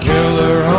Killer